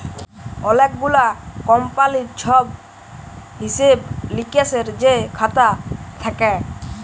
অলেক গুলা কমপালির ছব হিসেব লিকেসের যে খাতা থ্যাকে